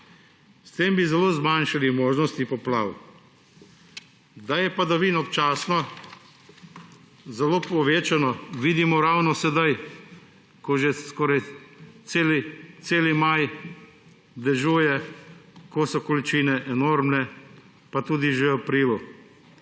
S tem bi zelo zmanjšali možnosti poplav. Da so padavine občasno zelo povečane, vidimo ravno sedaj, ko že skoraj cel maj dežuje, ko so količine enormne, pa tudi že v aprilu.